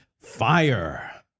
fire